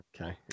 Okay